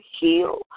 heal